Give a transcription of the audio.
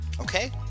okay